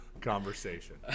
conversation